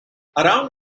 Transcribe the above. around